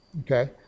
okay